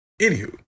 Anywho